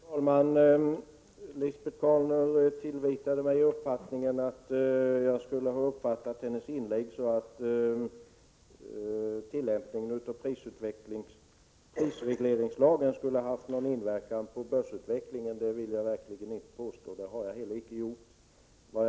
Herr talman! Lisbet Calner tillvitade mig att jag skulle ha uppfattat hennes inlägg så, att tillämpningen av prisregleringslagen skulle ha haft inverkan på börsutvecklingen. Det vill jag verkligen inte påstå, och det har jag inte heller gjort.